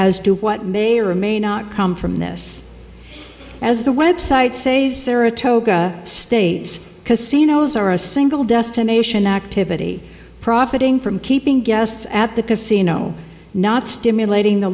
as to what may or may not come from this as the websites say saratoga state's casinos are a single destination activity profiting from keeping guests at the casino not stimulating the